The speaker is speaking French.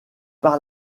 par